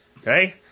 Okay